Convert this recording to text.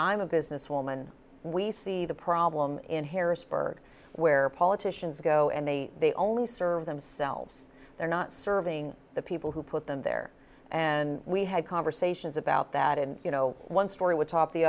i'm a business woman we see the problem in harrisburg where politicians go and they they only serve themselves they're not serving the people who put them there and we had conversations about that and you know one story w